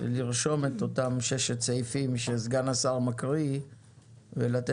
לרשום את אותם ששת הסעיפים שסגן השר מקריא ולתת